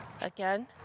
Again